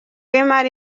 w’imali